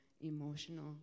emotional